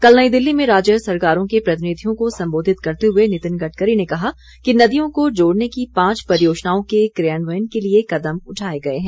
कल नई दिल्ली में राज्य सरकारों के प्रतिनिधियों को संबोधित करते हुए नितिन गडकरी ने कहा कि नदियों को जोड़ने की पांच परियोजनाओं के क्रियान्वयन के लिए कदम उठाए गये हैं